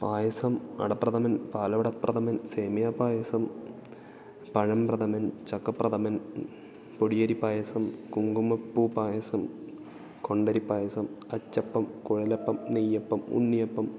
പായസം അടപ്രഥമൻ പാലൊടപ്രഥമൻ സേമിയ പായസം പഴം പ്രഥമൻ ചക്ക പ്രഥമൻ പൊടിയരി പായസം കുങ്കുമപ്പൂ പായസം കൊണ്ടരി പായസം അച്ചപ്പം കുഴലപ്പം നെയ്യപ്പം ഉണ്ണിയപ്പം